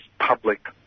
public